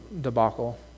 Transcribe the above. debacle